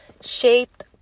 shaped